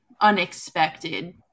unexpected